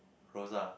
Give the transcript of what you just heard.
Rosa